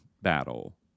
Battle